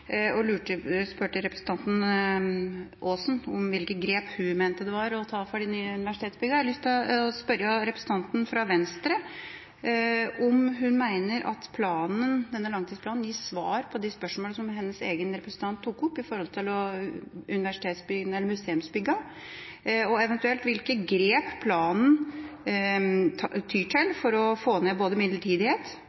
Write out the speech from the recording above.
Tøyen, og spurte representanten Aasen om hvilke grep hun mente man skulle ta for de nye universitetsbyggene. Jeg har lyst til å spørre representanten fra Venstre om hun mener at denne langtidsplanen gir svar på de spørsmålene som hennes medrepresentant tok opp om museumsbyggene, og eventuelt hvilke grep planen tyr til for å få ned midlertidighet